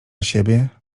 siebie